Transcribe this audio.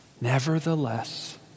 nevertheless